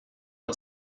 and